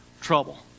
trouble